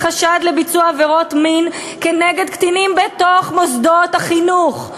בחשד לביצוע עבירות מין כנגד קטינים בתוך מוסדות החינוך.